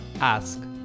ask